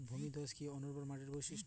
ভূমিধস কি অনুর্বর মাটির বৈশিষ্ট্য?